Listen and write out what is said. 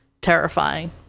terrifying